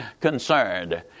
concerned